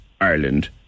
Ireland